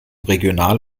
regional